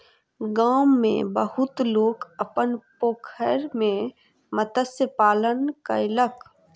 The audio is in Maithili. गाम में बहुत लोक अपन पोखैर में मत्स्य पालन कयलक